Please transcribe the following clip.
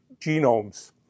genomes